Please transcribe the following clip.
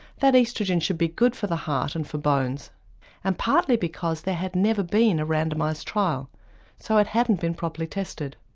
that oestrogen should be good for the heart and for bones and partly because there had never been a randomised trial so it hadn't been properly tested.